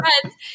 friends